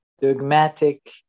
dogmatic